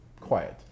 quiet